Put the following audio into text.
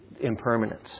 impermanence